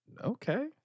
Okay